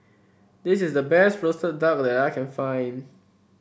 this is the best roasted duck that I can find